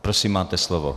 Prosím, máte slovo.